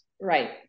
right